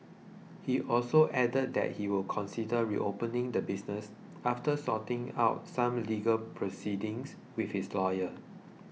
he also added that he would consider reopening the business after sorting out some legal proceedings with his lawyer